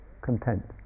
Content